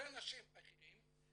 זה אנשים אחרים,